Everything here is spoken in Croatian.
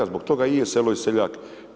Zbog toga i je selo i seljak.